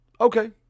Okay